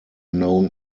known